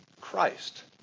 Christ